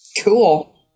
Cool